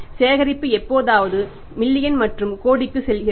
எனவே சேகரிப்பு எப்போதாவது மில்லியன் மற்றும் கோடிக்கு செல்கிறது